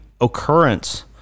occurrence